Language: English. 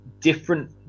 different